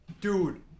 dude